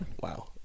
wow